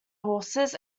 horses